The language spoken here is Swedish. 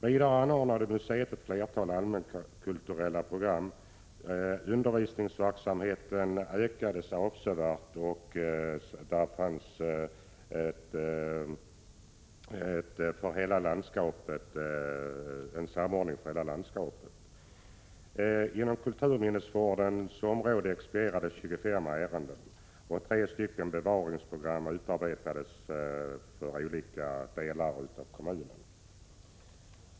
Vidare anordnade museet flera allmänkulturella program, undervisningsverksamheten ökades avsevärt, och där fanns en samordning för hela landskapet. Inom kulturminnesvårdens område expedierades 25 ärenden, och 3 bevarandeprogram utarbetades för olika delar av kommunen.